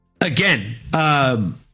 again